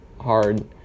hard